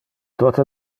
tote